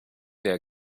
der